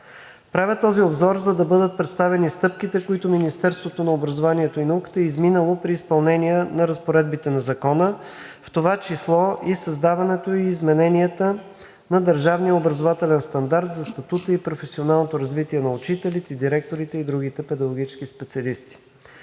Правя този обзор, за да бъдат представени стъпките, които Министерството на образованието и науката е изминало при изпълнение разпоредбите на Закона, в това число и създаването и измененията на държавния образователен стандарт за статута и професионалното развитие на учителите, директорите и другите педагогически специалисти.